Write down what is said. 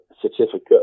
certificate